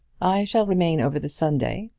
i shall remain over the sunday.